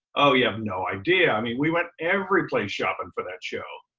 oh, you have no idea. i mean, we went every place shopping for that show,